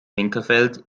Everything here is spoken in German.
winkelfeld